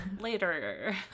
Later